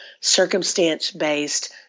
circumstance-based